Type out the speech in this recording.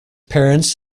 parents